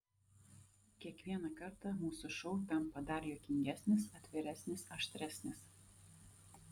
kiekvieną kartą mūsų šou tampa dar juokingesnis atviresnis aštresnis